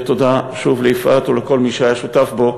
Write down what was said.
ותודה שוב ליפעת ולכל מי שהיה שותף בו,